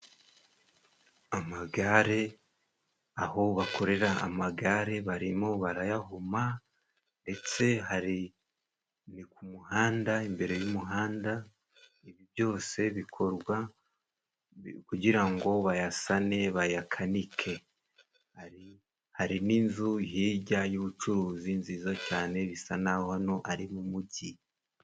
Amagare, aho bakorera amagare, barimo barayahoma ndetse hari, ni kumuhanda, imbere y'umuhanda, ibi byose bikorwa kugira ngo bayasane bayakanike. Hari n'inzu hijya y'ubucuruzi nziza cyane bisa n'aho hano ari mu mujyi.